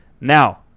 Now